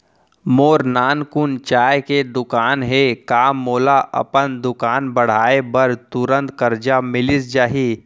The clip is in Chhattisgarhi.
मोर नानकुन चाय के दुकान हे का मोला अपन दुकान बढ़ाये बर तुरंत करजा मिलिस जाही?